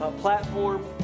platform